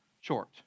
short